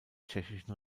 tschechischen